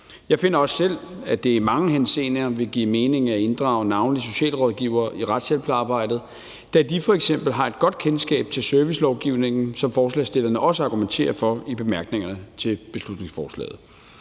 Jeg finder også selv, at det i mange henseender vil give mening at inddrage navnlig socialrådgivere i retshjælpsarbejdet, da de f.eks. har et godt kendskab til servicelovgivningen, som forslagsstillerne også argumenterer med i bemærkningerne til beslutningsforslaget.